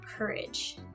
courage